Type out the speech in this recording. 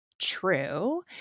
true